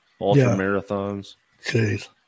ultra-marathons